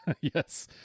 Yes